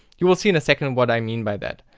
you will see in a second what i mean by that.